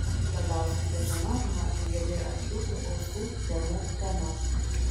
labiausiai slepiama nuo kgb akių ir ausų temų tema